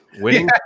winning